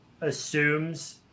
assumes